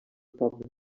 poble